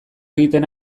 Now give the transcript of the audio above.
egiten